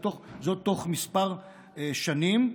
זה, בתוך כמה שנים.